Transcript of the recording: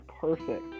perfect